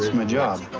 my job.